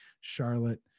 Charlotte